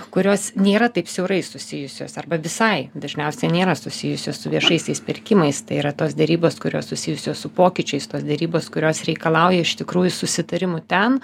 kurios nėra taip siaurai susijusios arba visai dažniausiai nėra susijusios su viešaisiais pirkimais tai yra tos derybos kurios susijusios su pokyčiais tos derybos kurios reikalauja iš tikrųjų susitarimų ten